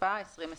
התשפ"א 2020,